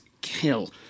kill